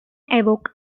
evoke